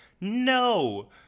No